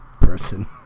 person